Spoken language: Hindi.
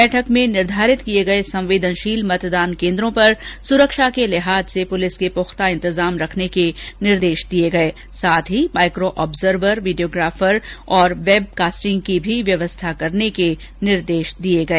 बैठक में निर्धारित किए गए संवेदनशील मतदान केन्द्रों पर सुरक्षा के लिहाज से पुलिस के पुख्ता इंतजाम रखने के निर्देश दिए गए साथ ही माइको ऑब्जर्वर यीडियोग्राफर तथा वेबकास्टिंग की भी व्यवस्था करने के निर्देश दिए गए